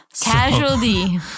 Casualty